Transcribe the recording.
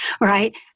right